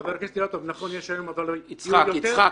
חבר הכנסת אילטוב, נכון יש היום --- יצחק, יצחק,